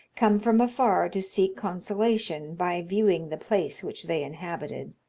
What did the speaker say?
come from afar to seek consolation by viewing the place which they inhabited,